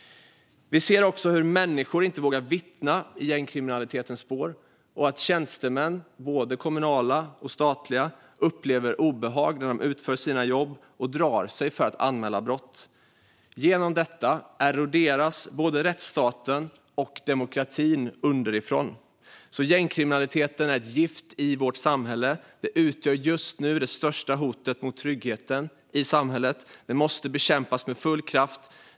Vi ser också hur människor inte vågar vittna i gängkriminalitetens spår. Tjänstemän, både kommunala och statliga, upplever obehag när de utför sina jobb och drar sig för att anmäla brott. Genom detta eroderas både rättsstaten och demokratin underifrån. Gängkriminaliteten är ett gift i vårt samhälle. Den utgör just nu det största hotet mot tryggheten i samhället, och den måste bekämpas med full kraft.